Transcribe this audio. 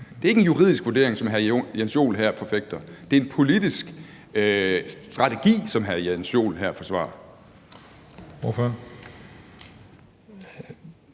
Det er ikke en juridisk vurdering, som hr. Jens Joel her forfægter, det er en politisk strategi, som hr. Jens Joel her forsvarer.